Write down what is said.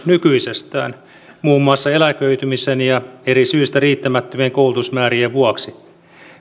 nykyisestään muun muassa eläköitymisen ja eri syistä riittämättömien koulutusmäärien vuoksi